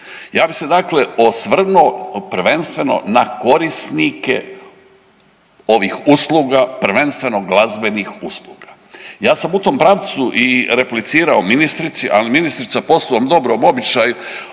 ja bih se dakle osvrnuo prvenstveno na korisnike ovih usluga, prvenstveno glazbenih usluga. Ja sam u tom pravcu i replicirao ministrici, ali ministrica po svom dobrom običaju